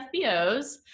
FBOs